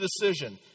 decision